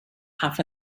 half